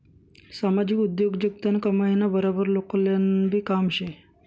सामाजिक उद्योगजगतनं कमाईना बराबर लोककल्याणनंबी काम शे